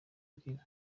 arira